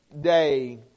day